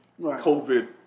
covid